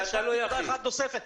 יש לי הערה אחת נוספת.